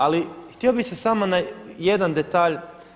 Ali htio bih se samo na jedan detalj.